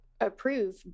approve